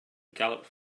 galloped